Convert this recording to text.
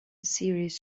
series